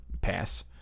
Pass